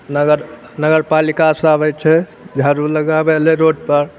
नगर नगरपालिका सऽ आबै छै यहाँ जून लगाबए नजरपर